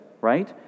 right